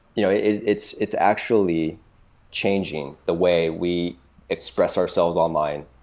you know it's it's actually changing the way we express ourselves online,